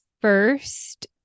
first